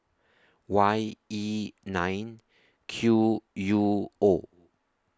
Y E nine Q U O